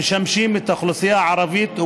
המשמשים את האוכלוסייה הערבית,